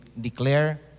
declare